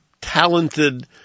talented –